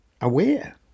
aware